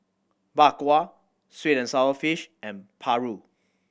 Bak Kwa sweet and sour fish and paru